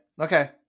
Okay